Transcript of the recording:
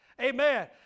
Amen